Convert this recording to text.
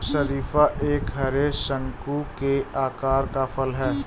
शरीफा एक हरे, शंकु के आकार का फल है